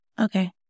Okay